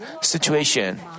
situation